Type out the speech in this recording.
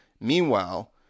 Meanwhile